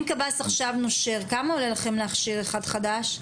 אם קב"ס עכשיו נושר, כמה עולה לכם להכשיר אחד חדש?